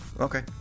okay